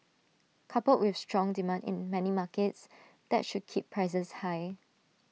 coupled with strong demand in many markets that should keep prices high